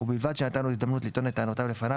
ובלבד שנתן לו הזדמנות לטעון את טענותיו לפניו